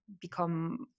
become